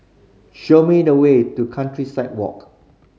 show me the way to Countryside Walk